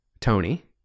Tony